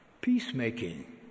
Peacemaking